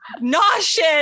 nauseous